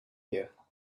here